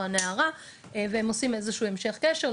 או הנערה והם עושים איזשהו המשך קשר,